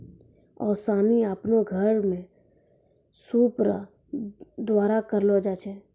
ओसानी आपनो घर मे सूप रो द्वारा करलो जाय छै